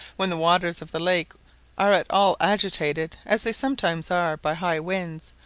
when the waters of the lake are at all agitated, as they sometimes are, by high winds,